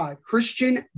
Christian